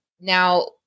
Now